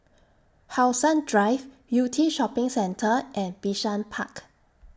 How Sun Drive Yew Tee Shopping Centre and Bishan Park